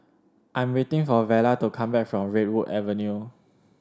I am waiting for Vella to come back from Redwood Avenue